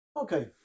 Okay